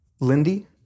Lindy